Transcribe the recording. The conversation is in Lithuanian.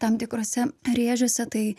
tam tikrose rėžiuose tai